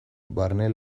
barne